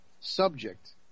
subject